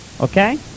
Okay